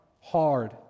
hard